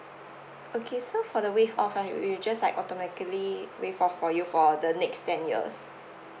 okay so for the waive off right we'll just like automatically waive off for you for the next ten years